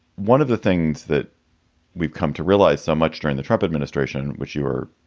one of the things that we've come to realize so much during the trump administration, which you were.